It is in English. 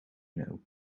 know